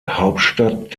hauptstadt